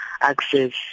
access